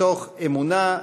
מתוך אמונה,